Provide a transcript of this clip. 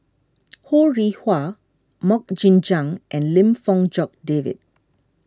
Ho Rih Hwa Mok Jing Jang and Lim Fong Jock David